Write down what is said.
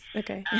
okay